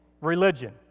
religion